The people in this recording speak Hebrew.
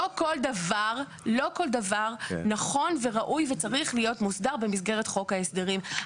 לא כל דבר הוא נכון וראוי וצריך להיות מוסדר במסגרת חוק ההסדרים.